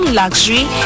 luxury